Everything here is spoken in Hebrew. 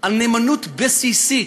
על נאמנות בסיסית,